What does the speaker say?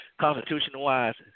Constitutional-wise